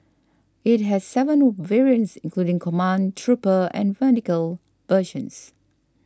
it has seven variants including command trooper and medical versions